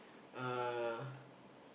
uh